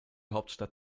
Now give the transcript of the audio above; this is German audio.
hauptstadt